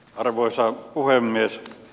arvoisa puhemies